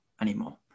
anymore